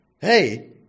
hey